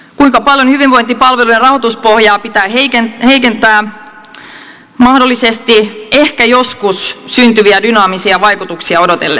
kuinka paljon hyvinvointipalvelujen rahoituspohjaa pitää heikentää mahdollisesti ehkä joskus syntyviä dynaamisia vaikutuksia odotellessa